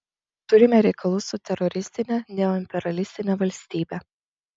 turime reikalų su teroristine neoimperialistine valstybe